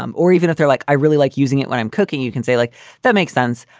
um or even if they're like i really like using it when i'm cooking, you can say like that makes sense.